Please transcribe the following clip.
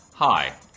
Hi